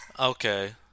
Okay